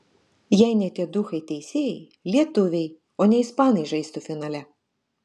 jei ne tie duchai teisėjai lietuviai o ne ispanai žaistų finale